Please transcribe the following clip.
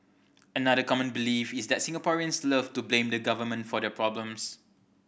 another common belief is that Singaporeans love to blame the Government for their problems